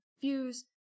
views